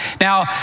Now